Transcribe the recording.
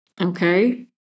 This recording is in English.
Okay